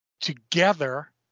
together